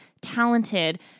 talented